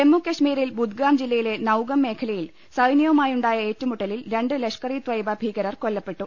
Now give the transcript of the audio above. ജമ്മു കാശ്മീരിൽ ബുദ്ഗാം ജില്ലയിലെ നൌഗം മേഖലയിൽ സൈന്യവുമായുണ്ടായ ഏറ്റുമുട്ടലിൽ രണ്ട് ലഷ് കർ ഇ തോയ്ബ ഭീക രർ കൊല്ലപ്പെട്ടു